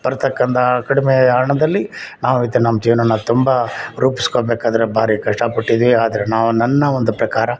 ಬರ್ತಕ್ಕಂಥ ಕಡಿಮೆ ಹಣದಲ್ಲಿ ನಾವು ಇದು ನಮ್ಮ ಜೀವನಾನ್ನ ತುಂಬ ರೂಪಿಸ್ಕೊಳ್ಬೇಕಾದ್ರೆ ಭಾರಿ ಕಷ್ಟಪಟ್ಟಿದ್ದೀವಿ ಆದರೆ ನಾವು ನನ್ನ ಒಂದು ಪ್ರಕಾರ